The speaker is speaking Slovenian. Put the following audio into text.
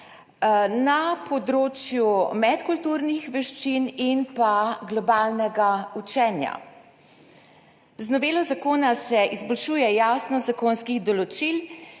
na področju medkulturnih veščin in globalnega učenja. Z novelo zakona se izboljšuje jasnost zakonskih določil